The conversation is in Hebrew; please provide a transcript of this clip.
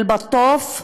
באל-נטוף.